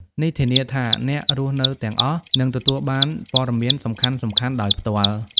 នេះធានាថាអ្នករស់នៅទាំងអស់នឹងទទួលបានព័ត៌មានសំខាន់ៗដោយផ្ទាល់។